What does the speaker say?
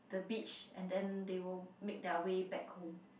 the beach and then they will make their way back home